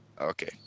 Okay